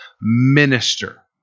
Minister